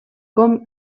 com